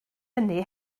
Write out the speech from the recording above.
hynny